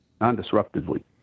non-disruptively